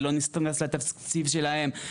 זה לא מתאים לתקציב שלהם,